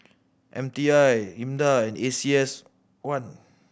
M T I IMDA A C S one